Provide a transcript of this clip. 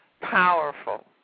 powerful